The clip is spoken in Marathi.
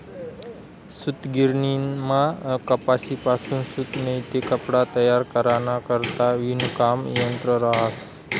सूतगिरणीमा कपाशीपासून सूत नैते कपडा तयार कराना करता विणकाम यंत्र रहास